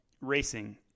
racing